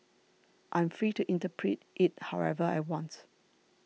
I am free to interpret it however I want